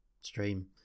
stream